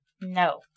No